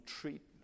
treatment